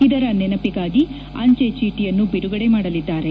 ಇದರ ನೆನಪಿಗಾಗಿ ಅಂಚೆ ಚೀಟಿಯನ್ನು ಬಿಡುಗಡೆ ಮಾಡಲಿದ್ದಾರೆ